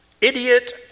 idiot